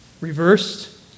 reversed